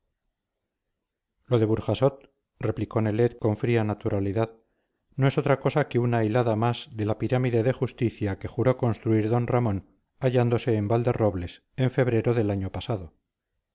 de burjasot replicó nelet con fría naturalidad no es otra cosa que una hilada más de la pirámide de justicia que juró construir d ramón hallándose en valderrobles en febrero del año pasado